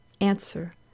Answer